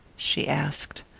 she asked.